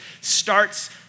starts